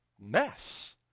mess